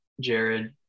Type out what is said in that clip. Jared